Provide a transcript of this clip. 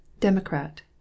Democrat